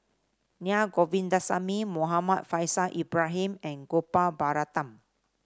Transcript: Naa Govindasamy Muhammad Faishal Ibrahim and Gopal Baratham